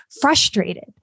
frustrated